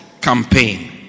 campaign